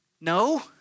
No